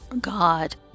God